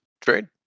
trade